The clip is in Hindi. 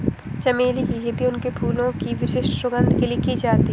चमेली की खेती उनके फूलों की विशिष्ट सुगंध के लिए की जाती है